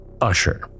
Usher